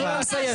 תנו לה לסיים.